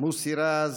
מוסי רז.